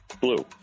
Blue